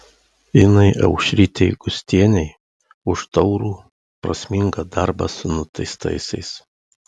inai aušrytei gustienei už taurų prasmingą darbą su nuteistaisiais